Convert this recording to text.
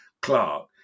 Clark